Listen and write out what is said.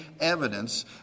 evidence